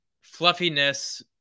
fluffiness